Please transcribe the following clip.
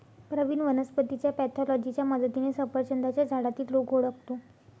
प्रवीण वनस्पतीच्या पॅथॉलॉजीच्या मदतीने सफरचंदाच्या झाडातील रोग ओळखतो